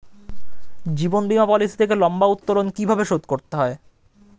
জীবন বীমা পলিসি থেকে লম্বা উত্তোলন কিভাবে শোধ করতে হয়?